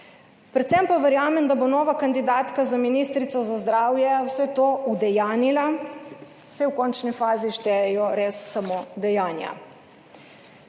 Predvsem pa verjamem, da bo nova kandidatka za ministrico za zdravje vse to udejanjila, saj v končni fazi štejejo res samo dejanja.